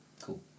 Cool